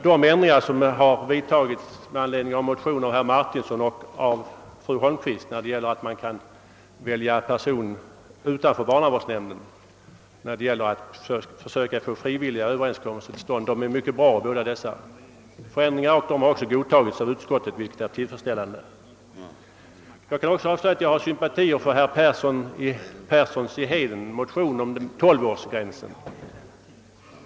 De ändringar som vidtagits i förslaget i anledning av motioner av herr Martinsson beträffande villkoret för att länsstyrelsen skall kunna vägra verkställighet och av fru Holmqvist rörande val av person utanför barnavårdsnämnden för att få till stånd frivilliga överenskommelser är mycket bra, och jag noterar med tillfredsställelse att utskottet har tillstyrkt de föreslagna ändringarna. Jag har också sympatier för herr Perssons i Heden motion rörande tolvårsgränsen.